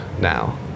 now